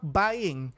buying